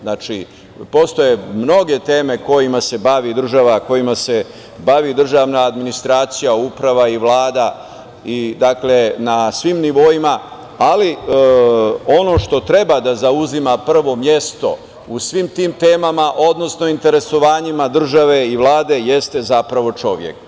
Znači, postoje mnoge teme kojima se bavi država, kojima se bavi državna administracija, uprava i Vlada, dakle, na svim nivoima, ali ono što treba da zauzima prvo mesto u svim tim temama, odnosno interesovanjima države i Vlade jeste zapravo čovek.